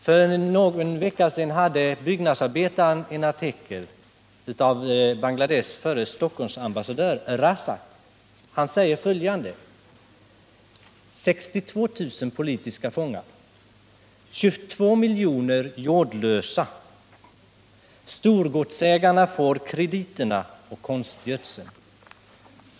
För någon vecka sedan hade Byggnadsarbetaren en artikel av Bangladeshs förra Stockholmsambassadör Abdul Razzak, som sade följande: 62 000 är politiska fångar, 22 miljoner är jordlösa, storgodsägarna får krediterna och konstgödseln.